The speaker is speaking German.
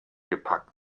gepackt